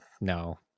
no